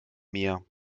mir